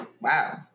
Wow